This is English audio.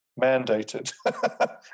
mandated